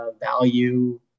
value